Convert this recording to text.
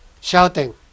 shouting